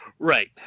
Right